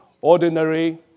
ordinary